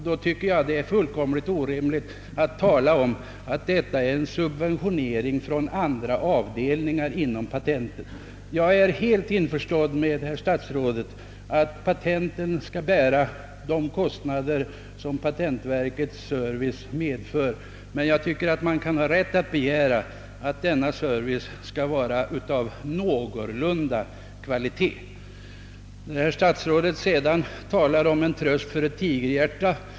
Då tycker jag att det är fullkomligt orimligt att tala om att detta är en subventionering från andra avdelningar inom patentverket, Jag är vidare helt införstådd med herr statsrådet om att patenten skall bära de. kostnader som patentverkets service medför, men jag tycker att man kan ha rätt att begära att denna service skall vara av någorlunda kvalitet.